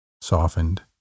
softened